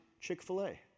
Chick-fil-A